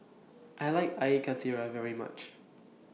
I like Air Karthira very much